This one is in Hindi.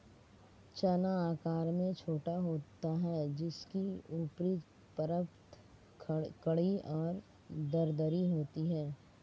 चना आकार में छोटा होता है जिसकी ऊपरी परत कड़ी और दरदरी होती है